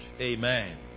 Amen